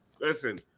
Listen